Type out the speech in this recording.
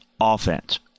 offense